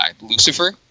Lucifer